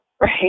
right